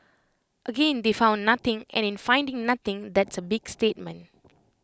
again they found nothing and in finding nothing that's A big statement